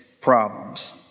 problems